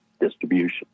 distribution